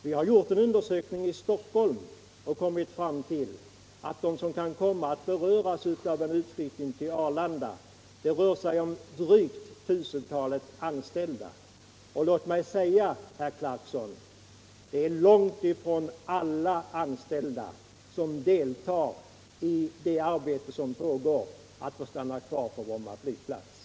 Vi har gjort en undersökning i Stockholm bland dem som kan komma att beröras av en utflyttning till Arlanda; det rör sig om drygt tusentalet anställda. Låt mig säga, herr Clarkson, att det är långt ifrån alla anställda som deltar i arbetet med att få stanna kvar på Bromma flygplats.